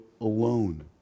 alone